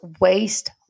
waste